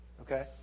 okay